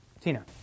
Tina